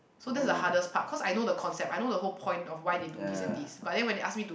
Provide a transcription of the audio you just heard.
so that's the hardest part cause I know the concept I know the whole point of why they do this and this but then when they ask me to